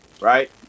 right